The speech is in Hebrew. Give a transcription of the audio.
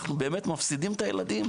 אנחנו מפסידים את הילדים,